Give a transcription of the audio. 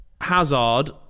Hazard